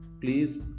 please